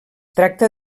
tracta